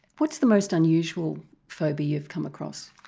what's the most unusual phobia you've come across?